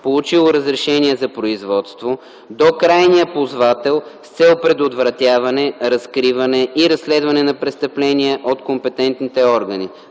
получило разрешение за производство, до крайния ползвател с цел предотвратяване, разкриване и разследване на престъпления от компетентните органи.